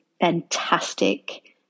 fantastic